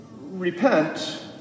repent